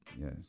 Yes